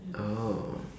oh